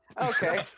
Okay